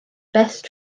best